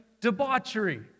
debauchery